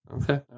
Okay